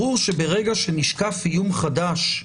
ברור שכשנשקף איום חדש,